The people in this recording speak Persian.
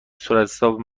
صورتحساب